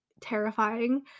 terrifying